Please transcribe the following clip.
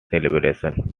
celebration